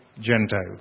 Gentiles